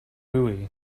hooey